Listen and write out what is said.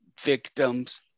victims